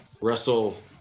Russell